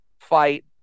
fight